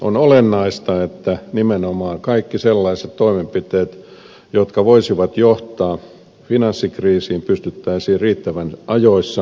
on olennaista että nimenomaan kaikki sellaiset toimenpiteet jotka voisivat johtaa finanssikriisiin pystyttäisiin riittävän ajoissa sammuttamaan